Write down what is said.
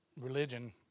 religion